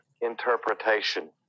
interpretation